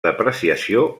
depreciació